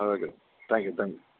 okay thank you thank you